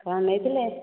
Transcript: କ'ଣ ନେଇଥିଲେ